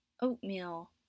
oatmeal